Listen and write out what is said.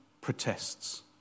protests